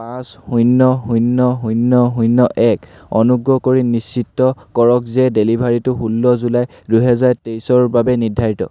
পাঁচ শূন্য শূন্য শূন্য শূন্য এক অনুগ্ৰহ কৰি নিশ্চিত কৰক যে ডেলিভাৰীটো ষোল্ল জুলাই দুহেজাৰ তেইছৰ বাবে নিৰ্ধাৰিত